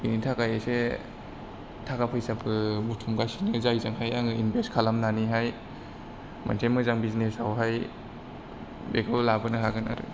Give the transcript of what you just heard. बिनि थाखाय एसे थाखा फैसाबो बुथुमगासिनो जायजोंहाय आङो इन्भेस्ट खालामनानैहाय मोनसे बिजनेसावहाय बेखौ लाबोनो हागोन आरो